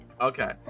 okay